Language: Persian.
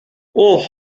اوه